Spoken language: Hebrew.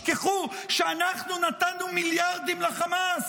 שכחו שאנחנו נתנו מיליארדים לחמאס,